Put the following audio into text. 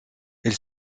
elle